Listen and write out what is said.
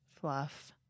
fluff